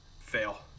Fail